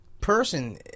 person